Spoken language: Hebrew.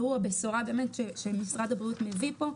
והוא הבשורה שמשרד הבריאות מביא כאן.